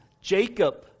Jacob